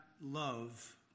love